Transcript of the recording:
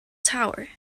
tower